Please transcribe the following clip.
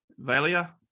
Valia